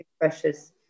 precious